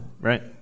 Right